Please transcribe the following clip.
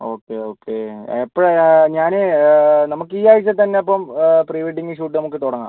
okay okay എപ്പോഴാണ് ഞാൻ നമുക്ക് ഈ ആഴ്ച്ച തന്നെ അപ്പം പ്രീ വെഡ്ഡിംഗ് ഷൂട്ട് നമുക്ക് തുടങ്ങാം